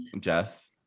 Jess